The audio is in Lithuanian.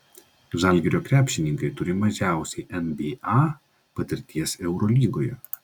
žalgirio krepšininkai turi mažiausiai nba patirties eurolygoje